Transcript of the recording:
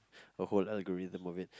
a whole lagerithm of it